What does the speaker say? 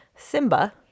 Simba